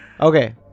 Okay